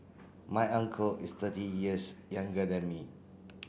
my uncle is thirty years younger than me